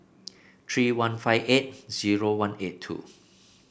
three one five eight zero one eight two